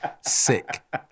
Sick